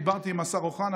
דיברתי עם השר אוחנה,